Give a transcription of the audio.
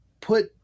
put